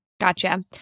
Gotcha